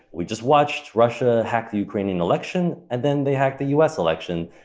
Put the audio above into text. we just watched russia hack the ukrainian election and then they hacked the us election.